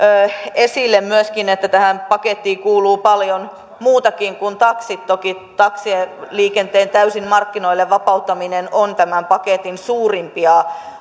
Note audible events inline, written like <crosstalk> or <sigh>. esille myöskin se että tähän pakettiin kuuluu paljon muutakin kuin taksit toki taksiliikenteen täysin markkinoille vapauttaminen on tämän paketin suurimpia <unintelligible>